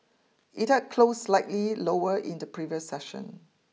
it had closed slightly lower in the previous session